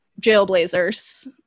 jailblazers –